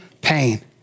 pain